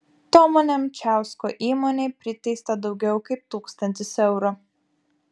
tomo nemčiausko įmonei priteista daugiau kaip tūkstantis eurų